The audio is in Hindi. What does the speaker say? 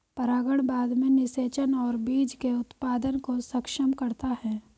परागण बाद में निषेचन और बीज के उत्पादन को सक्षम करता है